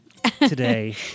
today